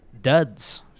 duds